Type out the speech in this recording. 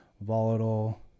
volatile